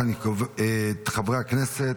חברי הכנסת,